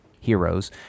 heroes